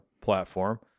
platform